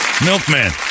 Milkman